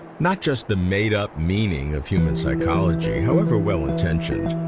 not just the made up meaning of human psychology, however well intentioned,